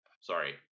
sorry